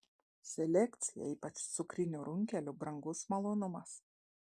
selekcija ypač cukrinių runkelių brangus malonumas